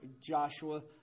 Joshua